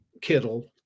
Kittle